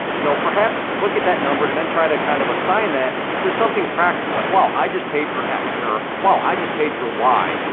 you know, perhaps look at that number and then try to kind of assign that to something practical like, well, i just paid for x, or wow, i just paid for y,